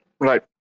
right